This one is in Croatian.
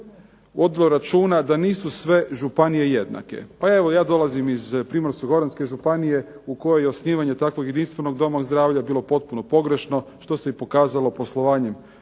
vodilo računa da nisu sve županije jednake. Pa evo ja dolazim iz Primorsko-goranske županije u kojoj je osnivanje takvog jedinstvenog doma zdravlja bilo potpuno pogrešno što se i pokazalo poslovanjem